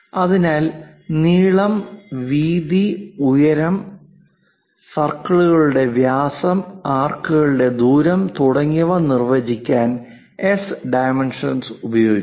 അതിനാൽ നീളം വീതി ഉയരം സർക്കിളുകളുടെ വ്യാസം ആർക്കുകളുടെ ദൂരം തുടങ്ങിയവ നിർവചിക്കാൻ എസ് ഡൈമെൻഷൻസ് ഉപയോഗിക്കുന്നു